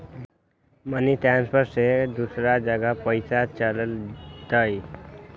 Money transfer से दूसरा जगह पईसा चलतई?